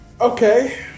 Okay